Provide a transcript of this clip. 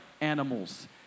animals